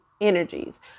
energies